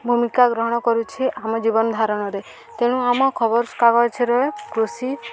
ଭୂମିକା ଗ୍ରହଣ କରୁଛି ଆମ ଜୀବନ ଧାରଣରେ ତେଣୁ ଆମ ଖବରକାଗଜରେ କୃଷି